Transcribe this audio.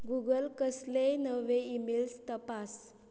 Google कसलेय नवे emails तपास